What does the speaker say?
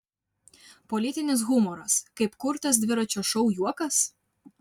politinis humoras kaip kurtas dviračio šou juokas